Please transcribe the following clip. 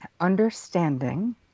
understanding